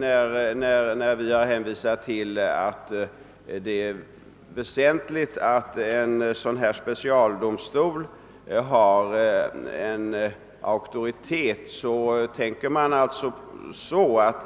När vi har hänvisat till att det är väsentligt att en sådan här specialdomstol har auktoritet, menar vi att